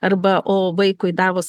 arba o vaikui davus